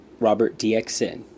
RobertDXN